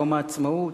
יום העצמאות.